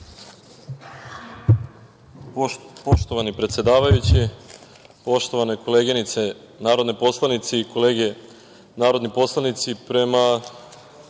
Poštovani predsedavajući, poštovane koleginice narodne poslanice i kolege narodni poslanici, prema